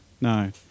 no